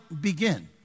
begin